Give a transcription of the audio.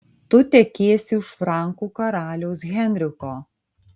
tu tekėsi už frankų karaliaus henriko